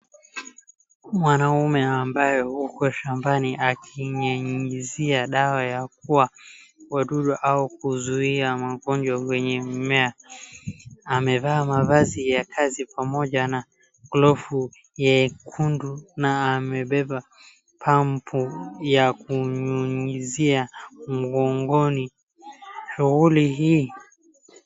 Mwanaume ambaye yuko shambani akinyinyizia dawa yakua wadudu au kuzuia magonjwa kwenye mimea. Amevaa mavazi ya kazi pamoja na glovu nyekundu na amebeba pump ya kunyunyizia mgongoni. Shughuli hii .